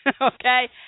okay